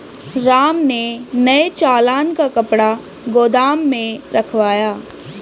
राम ने नए चालान का कपड़ा गोदाम में रखवाया